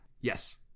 Yes